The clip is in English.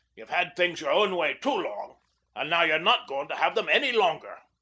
ye've had things your own way too long, and now ye're not going to have them any longer.